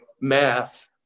math